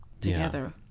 together